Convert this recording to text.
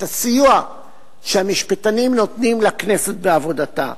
הדגישו את הסיוע שהמשפטנים נותנים לכנסת בעבודתה.